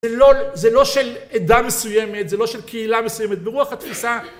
זה לא של עדה מסוימת, זה לא של קהילה מסוימת, ברוח התפיסה